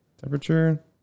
Temperature